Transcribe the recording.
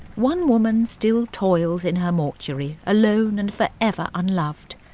one woman still toils in her mortuary, alone and forever unloved.